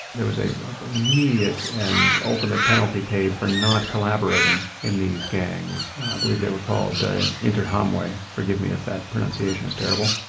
there was an immediate and ultimate penalty paid for not collaborating in these gangs. i believe they were called ah interahamwe. forgive me if that pronunciation is terrible.